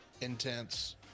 intense